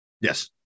Yes